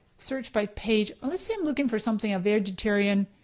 search by page. let's say i'm looking for something vegetarian.